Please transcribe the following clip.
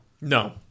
No